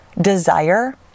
desire